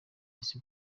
yise